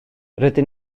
rydyn